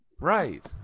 Right